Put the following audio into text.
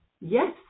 Yes